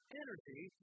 energy